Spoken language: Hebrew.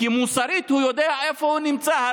כי מוסרית הוא יודע איפה הוא נמצא,